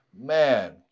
man